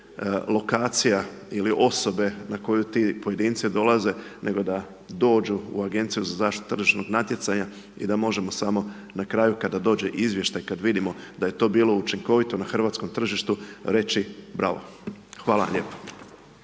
lokacija ili osobe na koju ti pojedinci dolaze nego da dođu u Agenciju za zaštitu tržišnog natjecanja i da možemo samo na kraju, kada dođe izvještaj, kada vidimo da je to bilo učinkovito na hrvatskom tržištu reći bravo. Hvala vam lijepo.